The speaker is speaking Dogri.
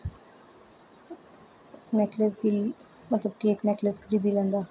नेकलेस गी मतलब कि इक नेकलेस खरीदी लैंदा